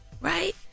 Right